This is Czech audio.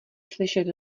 slyšet